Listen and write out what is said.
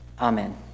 Amen